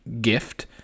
gift